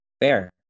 Fair